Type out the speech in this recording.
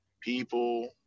people